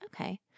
Okay